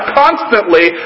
constantly